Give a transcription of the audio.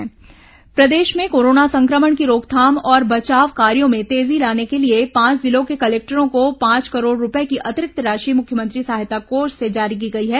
corona सहायता कोष प्रदेश में कोरोना संक्रमण की रोकथाम और बचाव कार्यों में तेजी लाने के लिए पांच जिलों के कलेक्टरों को पांच करोड़ रूपए की अतिरिक्त राशि मुख्यमंत्री सहायता कोष से जारी की गई है